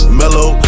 mellow